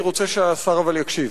אני רוצה שהשר יקשיב,